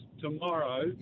tomorrow